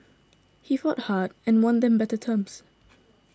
he fought hard and won them better terms